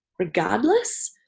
regardless